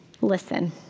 Listen